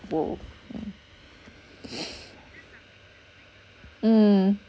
!whoa! mm